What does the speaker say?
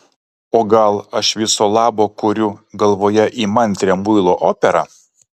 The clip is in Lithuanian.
o gal aš viso labo kuriu galvoje įmantrią muilo operą